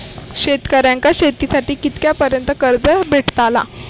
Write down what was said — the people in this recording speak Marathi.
शेतकऱ्यांका शेतीसाठी कितक्या पर्यंत कर्ज भेटताला?